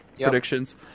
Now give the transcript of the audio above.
predictions